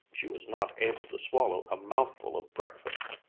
she was not able to swallow a mouthful of breakfast.